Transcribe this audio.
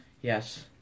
Yes